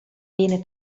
viene